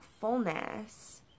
fullness